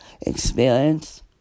experience